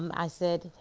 um i said,